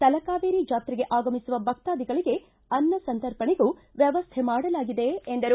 ತಲಕಾವೇರಿ ಜಾತ್ರೆಗೆ ಆಗಮಿಸುವ ಭಕ್ತಾಧಿಗಳಿಗೆ ಅನ್ನಸಂತರ್ಪಣೆಗೂ ವ್ಯವಸ್ಥೆ ಮಾಡಲಾಗಿದೆ ಎಂದರು